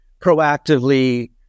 proactively